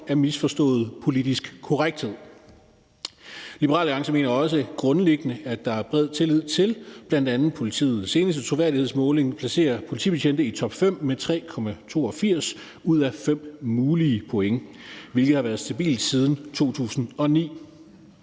af misforstået politisk korrekthed. Liberal Alliance mener også grundlæggende, at der er bred tillid til politiet; bl.a. placerer politiets seneste troværdighedsmåling politibetjente i topfem med 3,82 ud af 5 mulige point, hvilket har været stabilt siden 2009.